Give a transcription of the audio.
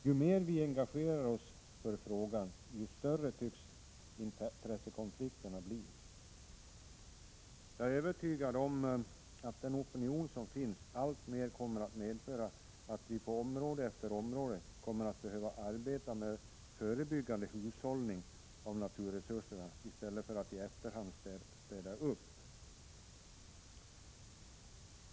Ju mer vi engagerar oss för frågan, desto större tycks intressekonflikten bli. Jag är övertygad om att den opinion som finns alltmer kommer att medföra att vi på område efter område kommer att behöva arbeta med förebyggande hushållning av naturresurserna i stället för att i efterhand städa upp.